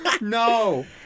No